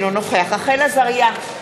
אינו נוכח רחל עזריה,